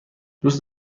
دوست